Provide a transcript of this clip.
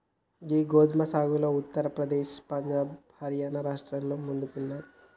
గీ గోదుమ సాగులో ఉత్తర ప్రదేశ్, పంజాబ్, హర్యానా రాష్ట్రాలు ముందున్నాయి